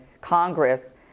Congress